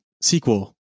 sequel